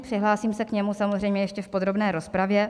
Přihlásím se k němu samozřejmě ještě v podrobné rozpravě.